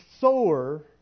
sower